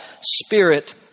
spirit